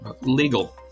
Legal